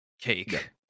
cake